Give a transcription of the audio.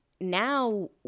now